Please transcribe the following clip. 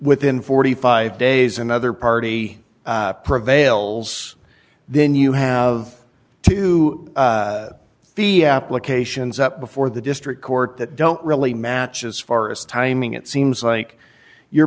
within forty five days another party prevails then you have to fear applications up before the district court that don't really match as far as timing it seems like your